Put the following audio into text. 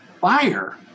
buyer